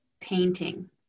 painting